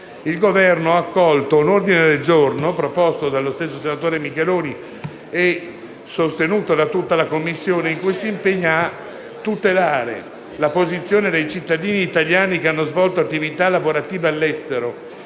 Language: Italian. il Governo ha accolto un ordine del giorno, presentato dal senatore Micheloni e sostenuto da tutta la Commissione, in cui si impegna a tutelare la posizione dei cittadini italiani che hanno svolto attività lavorative all'estero,